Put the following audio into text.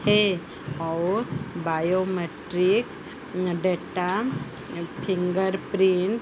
है biometric data fingerprint